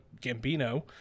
Gambino